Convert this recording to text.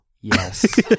Yes